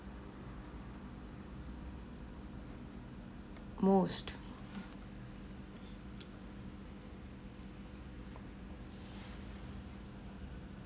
most